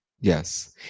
Yes